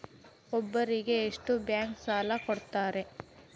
ಒಬ್ಬರಿಗೆ ಎಷ್ಟು ಬ್ಯಾಂಕ್ ಸಾಲ ಕೊಡ್ತಾರೆ?